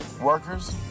workers